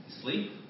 sleep